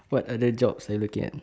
what other jobs are you looking at